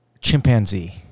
Chimpanzee